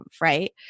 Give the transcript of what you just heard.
right